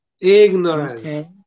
Ignorance